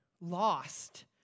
lost